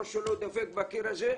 הראש שלו דופק בקיר הזה,